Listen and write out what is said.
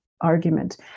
argument